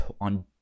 on